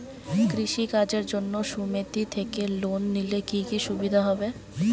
কৃষি কাজের জন্য সুমেতি থেকে লোন নিলে কি কি সুবিধা হবে?